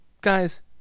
Guys